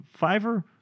Fiverr